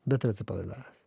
bet ir atsipalaidavęs